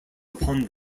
upon